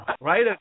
right